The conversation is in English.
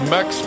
Max